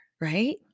right